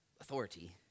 authority